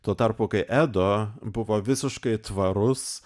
tuo tarpu kai edo buvo visiškai tvarus